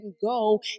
go